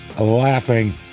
laughing